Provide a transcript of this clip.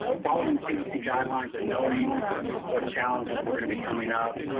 following cdc guidelines and knowing what challenges were gonna be coming up.